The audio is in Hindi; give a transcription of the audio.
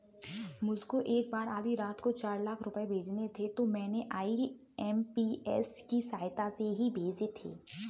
मुझको एक बार आधी रात को चार लाख रुपए भेजने थे तो मैंने आई.एम.पी.एस की सहायता से ही भेजे थे